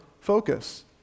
focus